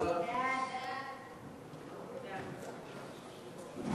הודעת הממשלה על